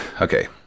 okay